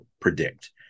predict